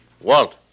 Walt